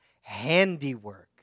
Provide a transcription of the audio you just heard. handiwork